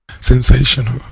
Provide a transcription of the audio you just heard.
Sensational